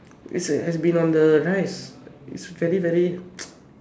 we say has been on the rise is very very